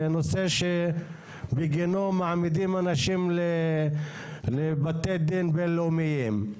זה נושא שבגינו מעמידים אנשים לבתי דין בין לאומיים.